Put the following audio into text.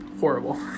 horrible